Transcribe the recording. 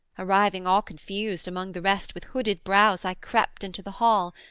arriving all confused among the rest with hooded brows i crept into the hall,